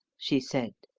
she said.